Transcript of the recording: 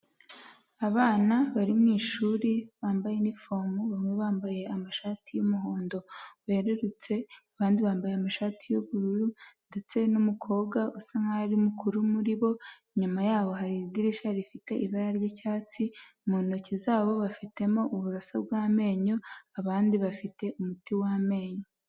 Abana bari mu ishuri bambaye inifomo bamwe bambaye amashati y'umuhondo werurutse, abandi bambaye amashati yubururu ndetse n'umukobwa usa nk'aho ari mukuru muri bo, inyuma yabo hari idirisha rifite ibara ry'icyatsi, mu ntoki zabo bafitemo uburoso bw'amenyo abandi bafite umuti w'amenyo.